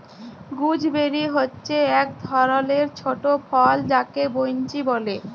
gooseberry হচ্যে এক ধরলের ছট ফল যাকে বৈনচি ব্যলে